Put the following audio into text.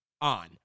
on